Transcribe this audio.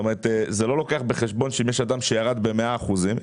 זה לא לוקח בחשבון אדם שירד ב-100 אחוזים,